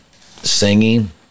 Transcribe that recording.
singing